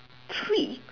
treat